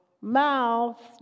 mouth